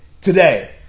Today